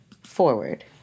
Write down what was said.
Forward